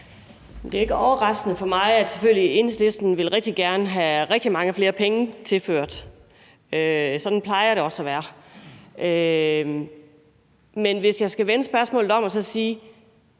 Det er jo ikke overraskende for mig, at Enhedslisten selvfølgelig rigtig gerne vil have rigtig mange flere penge tilført. Sådan plejer det også at være. Men hvis jeg skal vende spørgsmålet om, vil